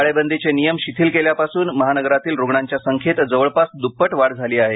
टाळेबंदीचे नियम शिथिल महानगरातील रुग्णांच्या संख्येत जवळपास द्रप्पट वाढ झाली आहे